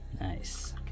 Nice